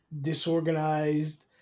disorganized